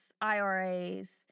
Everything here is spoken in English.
IRAs